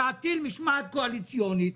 להטיל משמעת קואליציונית,